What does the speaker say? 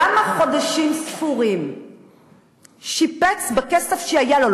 בכמה חודשים ספורים שיפץ בכסף שהיה לו,